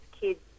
kids